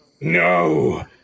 No